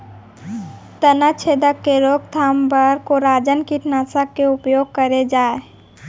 तनाछेदक के रोकथाम बर कोन कीटनाशक के उपयोग करे जाये?